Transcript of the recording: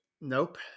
Nope